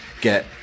get